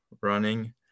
running